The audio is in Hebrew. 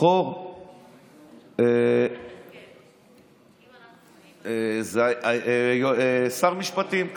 לבחור שר משפטים קבוע.